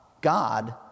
God